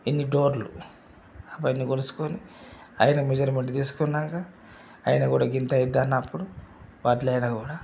ఎన్ని డోర్లు అవన్నీ కొలుచుకొని అవి ఆయన మెజర్మెంట్ తీసుకున్నాక ఆయన కూడా ఇంత ఇది అన్నప్పుడు వడ్లా ఆయన కూడా